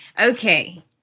okay